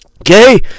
Okay